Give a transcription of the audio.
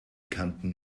kanten